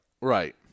Right